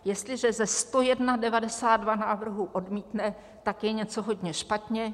Jestliže ze 101 92 návrhů odmítne, tak je něco hodně špatně.